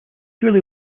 surely